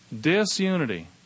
Disunity